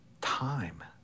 time